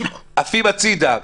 עפים הצידה.